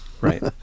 Right